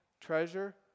treasure